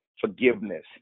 Forgiveness